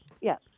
yes